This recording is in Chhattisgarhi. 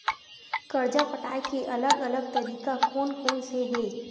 कर्जा पटाये के अलग अलग तरीका कोन कोन से हे?